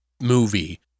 movie